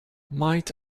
might